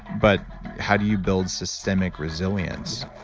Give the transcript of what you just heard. but how do you build systemic resilience?